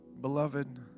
Beloved